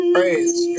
Praise